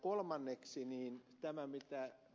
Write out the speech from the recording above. kolmanneksi tämä mistä ed